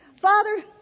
Father